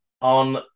On